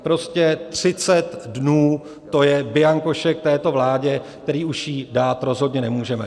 Prostě třicet dnů je bianko šek této vládě, který už jí dát rozhodně nemůžeme.